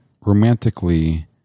romantically